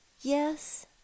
yes